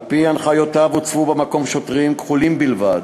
על-פי הנחיותיו הוצבו במקום שוטרים כחולים בלבד,